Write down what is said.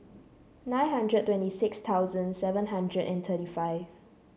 nine hundred twenty six thousand seven hundred and thirty five